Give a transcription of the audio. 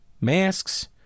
masks